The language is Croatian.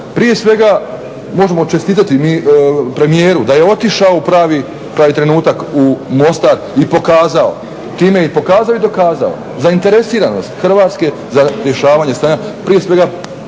Prije svega možemo čestitati premijeru da je otišao u pravi trenutak u Mostar i pokaza. Time i pokazao i dokazao zainteresiranost Hrvatske za rješavanje stanja, prije svega